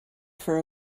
for